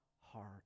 heart